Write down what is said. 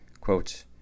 Quote